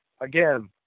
again